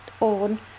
on